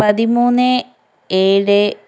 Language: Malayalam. പതിമൂന്ന് ഏഴ്